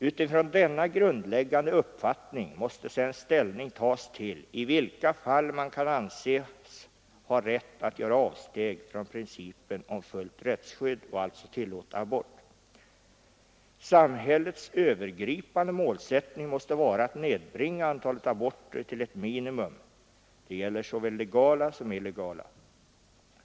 Utifrån denna grundläggande uppfattning måste sedan ställning tas till i vilka fall man kan anses ha rätt att göra avsteg från principen om fullt rättsskydd och alltså tillåta abort. Samhällets övergripande målsättning måste vara att nedbringa antalet aborter till ett minimum, det gäller såväl legala som illegala.